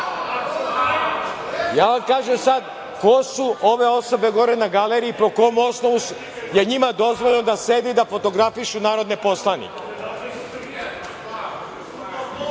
Ja vam kažem sad – ko su ove osobe gore na galeriji, po kom osnovu je njima dozvoljeno da sede i da fotografišu narodne poslanike? Ovo